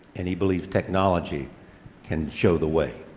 and he believes technology can show the way.